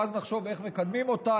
ואז נחשוב איך מקדמים אותה,